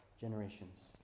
generations